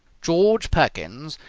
george perkins,